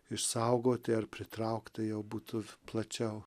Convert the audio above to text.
išsaugoti ar pritraukti jau būtų plačiau